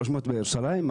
300 בירושלים,